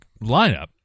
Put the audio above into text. lineup